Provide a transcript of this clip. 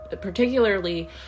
particularly